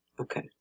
Okay